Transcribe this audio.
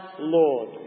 Lord